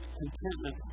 contentment